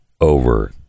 over